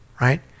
Right